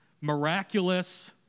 miraculous